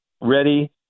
ready